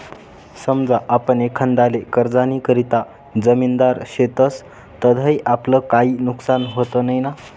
समजा आपण एखांदाले कर्जनीकरता जामिनदार शेतस तधय आपलं काई नुकसान व्हत नैना?